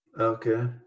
Okay